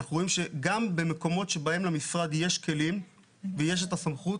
אנחנו רואים שגם במקומות שבהם למשרד יש כלים ויש את הסמכות,